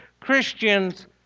Christians